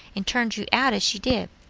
and turned you out as she did!